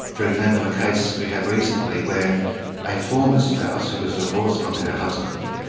for example, a case we had recently where a former spouse who was divorced from her husband,